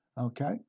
okay